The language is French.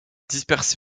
dispersés